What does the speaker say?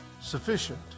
sufficient